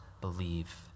believe